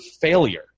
failure